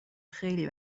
خیلی